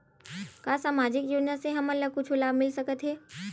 का सामाजिक योजना से हमन ला कुछु लाभ मिल सकत हे?